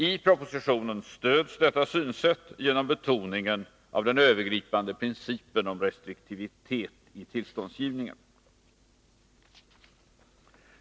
I propositionen stöds detta synsätt genom betoningen av den övergripande principen om restriktivitet vid tillståndsgivningen.